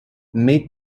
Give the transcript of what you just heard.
made